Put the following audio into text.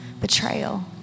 betrayal